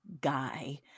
guy